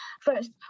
first